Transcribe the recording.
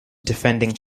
defending